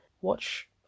watch